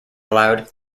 allowed